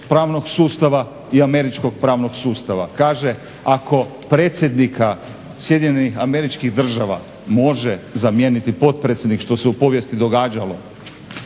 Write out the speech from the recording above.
pravnog sustava i američkog pravnog sustava. Kaže ako predsjednika SAD-a može zamijeniti potpredsjednik što se u povijesti događalo,